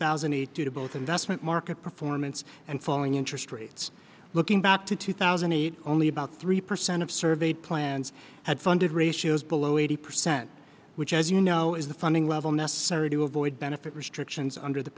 thousand and two to both investment market performance and falling interest rates looking back to two thousand and eight only about three percent of surveyed plans had funded ratios below eighty percent which as you know is the funding level necessary to avoid benefit restrictions under the